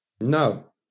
No